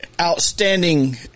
outstanding